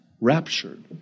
raptured